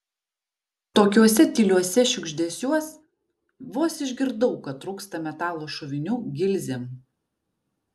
tokiuose tyliuose šiugždesiuos vos išgirdau kad trūksta metalo šovinių gilzėm